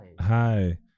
hi